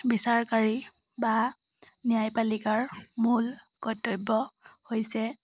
বিচাৰকাৰী বা ন্যায়পালিকাৰ মূল কৰ্তব্য হৈছে